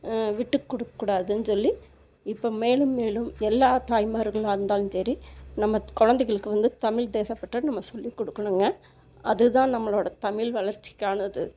விட்டுக் கொடுக்க கூடாதுன்னு சொல்லி இப்போ மேலும் மேலும் எல்லா தாய்மார்களாக இருந்தாலும் சரி நம்ம கொழந்தைகளுக்கு வந்து தமிழ் தேசப்பற்றை நம்ம சொல்லி கொடுக்கணுங்க அதுதான் நம்மளோடய தமிழ் வளர்ச்சிக்கானது